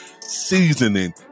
seasoning